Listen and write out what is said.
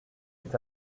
est